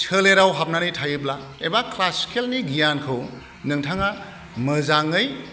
सोलेराव हाबनानै थायोब्ला एबा क्लासिकेलनि गियानखौ नोंथाङा मोजाङै